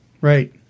Right